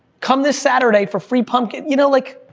come this saturday for free pumpkin, you know? like